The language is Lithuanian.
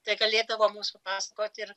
tai galėdavo mums pasakoti ir